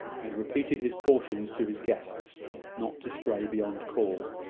and repeated his cautions to his guests not to stray beyond call.